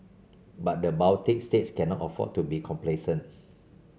but the Baltic states cannot afford to be complacent